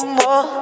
more